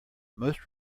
most